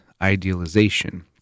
idealization